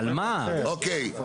אוקיי.